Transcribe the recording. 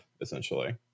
essentially